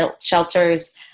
shelters